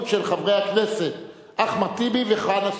של חברי הכנסת אחמד טיבי וחנא סוייד.